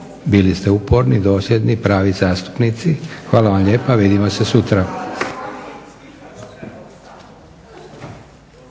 Bili ste uporni, dosljedni, pravi zastupnici. Hvala vam lijepa. Vidimo se sutra.